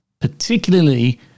particularly